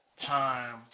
time